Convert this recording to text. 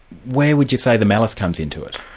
where would you say the malice comes into it?